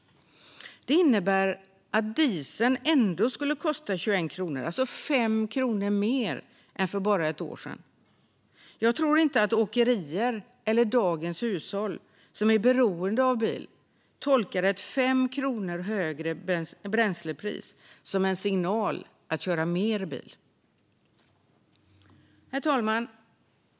Det innebär att dieseln ändå skulle kosta 21 kronor, alltså 5 kronor mer än för bara ett år sedan. Jag tror inte att åkerier eller dagens hushåll som är beroende av bil tolkar ett 5 kronor högre bränslepris som en signal om att köra mer bil. Herr talman!